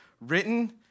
written